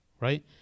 right